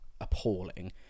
appalling